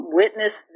witness